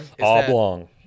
Oblong